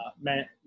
meant